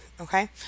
Okay